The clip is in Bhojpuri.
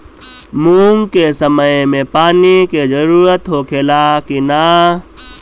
मूंग के समय मे पानी के जरूरत होखे ला कि ना?